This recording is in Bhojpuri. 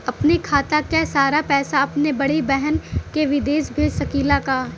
अपने खाते क सारा पैसा अपने बड़ी बहिन के विदेश भेज सकीला का?